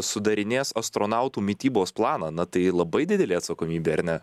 sudarinės astronautų mitybos planą na tai labai didelė atsakomybė ar ne